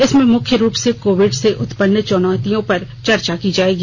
इसमें मुख्य रूप से कोविड से उत्पन्न चुनौतियों पर चर्चा की जाएगी